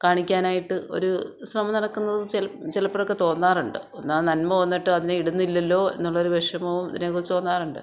കാണിക്കാനായിട്ട് ഒരു ശ്രമം നടക്കുന്നത് ചെലപ്പ് ചിലപ്പോഴൊക്കെ തോന്നാറുണ്ട് എന്നാൽ ആ നന്മ വന്നിട്ട് അത് ഇടുന്നില്ലല്ലോ എന്നുള്ള ഒരു വിഷമവും ഇതിനെക്കുറിച്ച് തോന്നാറുണ്ട്